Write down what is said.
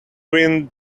wind